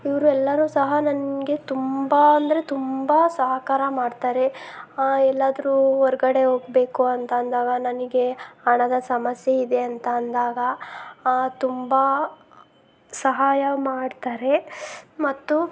ಇವರು ಎಲ್ಲರೂ ಸಹ ನನಗೆ ತುಂಬ ಅಂದರೆ ತುಂಬ ಸಹಕಾರ ಮಾಡ್ತಾರೆ ಎಲ್ಲಾದರೂ ಹೊರ್ಗಡೆ ಹೋಗಬೇಕು ಅಂತಂದಾಗ ನನಗೆ ಹಣದ ಸಮಸ್ಯೆ ಇದೆ ಅಂತ ಅಂದಾಗ ತುಂಬ ಸಹಾಯ ಮಾಡ್ತಾರೆ ಮತ್ತು